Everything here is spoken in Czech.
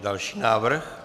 Další návrh.